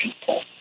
people